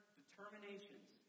determinations